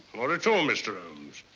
not at all, mr. holmes.